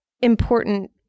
important